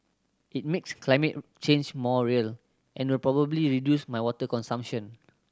it makes climate change more real and will probably reduce my water consumption